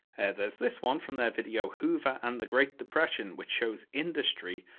there's this one, from their video hoover and the great depression, which shows industry,